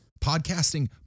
Podcasting